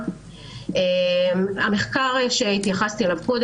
המחקר שהתייחסתי אליו קודם,